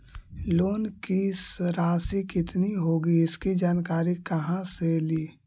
Loan की रासि कितनी होगी इसकी जानकारी कहा से ली?